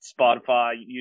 Spotify